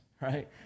right